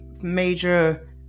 major